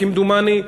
כמדומני,